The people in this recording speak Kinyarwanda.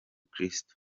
kristo